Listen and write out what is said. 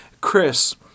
Chris